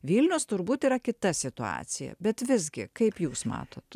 vilnius turbūt yra kita situacija bet visgi kaip jūs matot